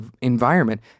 environment